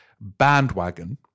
bandwagon